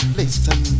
listen